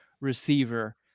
receiver